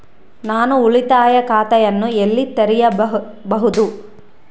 ನಾನು ಉಳಿತಾಯ ಖಾತೆಯನ್ನು ಎಲ್ಲಿ ತೆರೆಯಬಹುದು?